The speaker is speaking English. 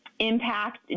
impact